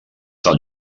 del